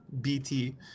BT